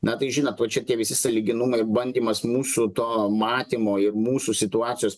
na tai žinot va čia tie visi sąlyginumai bandymas mūsų to matymo ir mūsų situacijos